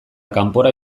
kanpora